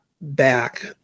back